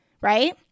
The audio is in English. Right